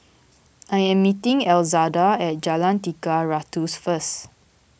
I am meeting Elzada at Jalan Tiga Ratus first